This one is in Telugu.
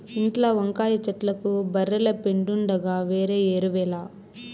ఇంట్ల వంకాయ చెట్లకు బర్రెల పెండుండగా వేరే ఎరువేల